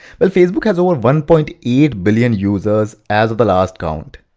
but facebook has over one point eight billion users as of the last count.